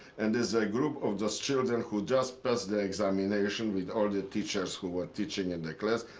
and is a group of those children who just passed the examination with all the teachers who were teaching in the class.